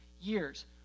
years